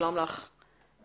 שלום לך רונית.